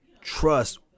trust